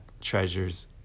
treasures